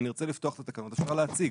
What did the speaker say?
אם נרצה לפתוח את התקנות אפשר להציג.